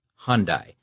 Hyundai